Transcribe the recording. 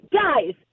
guys